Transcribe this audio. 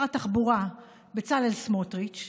שר התחבורה בצלאל סמוטריץ,